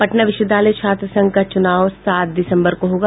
पटना विश्वविद्यालय छात्र संघ का चुनाव सात दिसम्बर को होगा